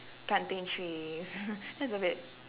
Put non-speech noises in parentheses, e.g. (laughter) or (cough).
planting trees (laughs) that's a bit